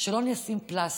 שלא נשים פלסטרים,